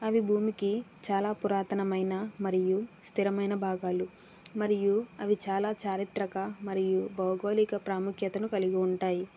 అవి భూమికి చాలా పురాతనమైన మరియు స్థిరమైన భాగాలు మరియు అవి చాలా చారిత్రక మరియు భౌగోళిక ప్రాముఖ్యతను కలిగి ఉంటాయి